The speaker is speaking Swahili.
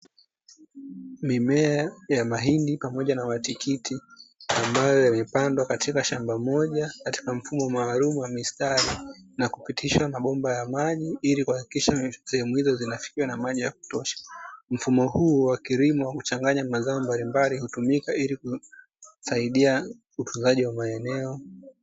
Mimea ya mahindi pamoja na matikiti, ambayo yamepandwa katika shamba moja katika mfumo maalumu wa mistari na kupitishwa mabomba ya maji, ili kuhalikisha sehemu hizo zinafikiwa na maji ya kutosha. Mfumo huu wa kilimo huchanganya mazao mbalimbali hutumika ili kusaidia utunzaji wa maeneo.